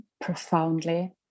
profoundly